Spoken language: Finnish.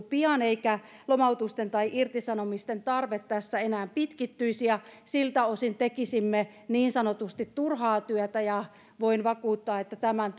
pian eikä lomautusten tai irtisanomisten tarve tässä enää pitkittyisi ja siltä osin tekisimme niin sanotusti turhaa työtä ja voin vakuuttaa että tämän